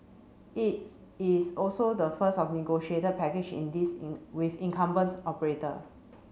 its is also the first of negotiated package in this in with incumbent operator